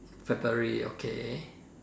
February okay